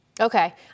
Okay